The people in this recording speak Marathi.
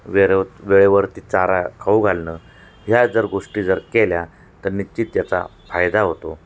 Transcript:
वेरेव वेळेवरती चारा खाऊ घालणं ह्या जर गोष्टी जर केल्या तर निश्चित त्याचा फायदा होतो